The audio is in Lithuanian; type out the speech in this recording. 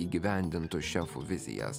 įgyvendintų šefų vizijas